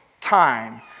time